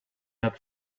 had